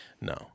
No